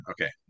Okay